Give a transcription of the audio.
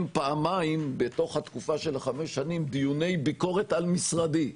פעמיים בתוך התקופה של החמש שנים דיוני ביקורת על משרדי.